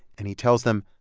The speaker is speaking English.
and he tells them,